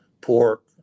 pork